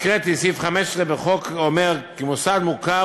הקראתי את סעיף 15 בחוק שאומר כי מוסד מוכר